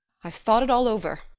i've thought it all over.